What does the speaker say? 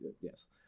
yes